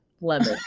lemon